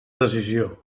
decisió